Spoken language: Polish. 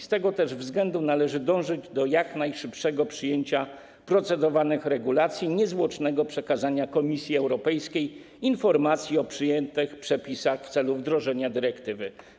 Z tego też względu należy dążyć do jak najszybszego przyjęcia procedowanych regulacji, niezwłocznego przekazania Komisji Europejskiej informacji o przyjętych przepisach w celu wdrożenia dyrektywy.